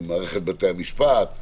למערכת בתי המשפט,